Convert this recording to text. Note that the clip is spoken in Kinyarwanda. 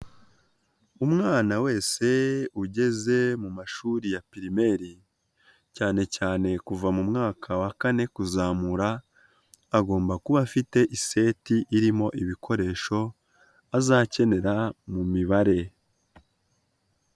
Umwana wese ugeze mu mashuri ya pirimeri, cyane cyane kuva mu mwaka wa kane kuzamura, agomba kuba afite iseti irimo ibikoresho azakenera mu mibare.